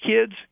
kids